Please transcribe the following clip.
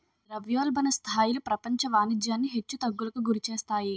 ద్రవ్యోల్బణ స్థాయిలు ప్రపంచ వాణిజ్యాన్ని హెచ్చు తగ్గులకు గురిచేస్తాయి